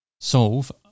solve